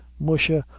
musha,